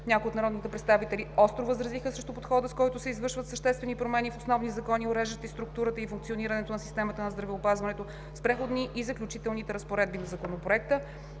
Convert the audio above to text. Някои от народните представители остро възразиха срещу подхода, с който се извършват съществени промени в основни закони, уреждащи структурата и функционирането на системата на здравеопазването, с Преходните и заключителните разпоредби на Законопроекта.